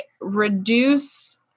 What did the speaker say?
reduce